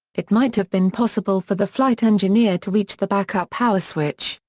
it might have been possible for the flight engineer to reach the backup power switch,